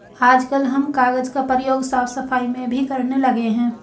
आजकल हम कागज का प्रयोग साफ सफाई में भी करने लगे हैं